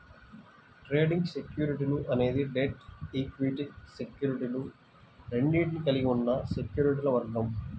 trading సెక్యూరిటీలు అనేది debt, equity సెక్యూరిటీలు రెండింటినీ కలిగి ఉన్న సెక్యూరిటీల వర్గం